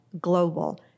global